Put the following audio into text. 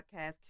podcast